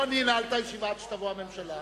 או שאנעל את הישיבה עד שתבוא הממשלה.